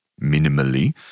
minimally